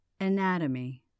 Anatomy